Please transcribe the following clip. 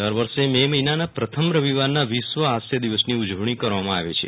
દર વર્ષે મે મહિનાના પ્રથમ રવિવારના વિશ્વ હાસ્ય દિવસની ઉજવણી કરવામાં આવે છે